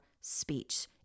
speech